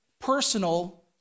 personal